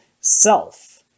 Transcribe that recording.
self